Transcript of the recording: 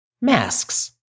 masks